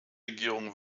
regierung